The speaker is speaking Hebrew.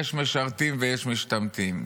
יש משרתים ויש משתמטים.